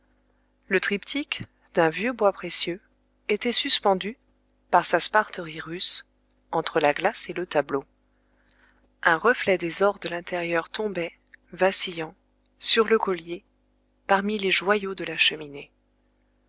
le triptyque d'un vieux bois précieux était suspendu par sa sparterie russe entre la glace et le tableau un reflet des ors de l'intérieur tombait vacillant sur le collier parmi les joyaux de la cheminée